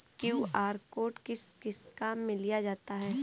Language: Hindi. क्यू.आर कोड किस किस काम में लिया जाता है?